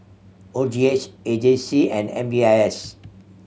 O G H A J C and M B I S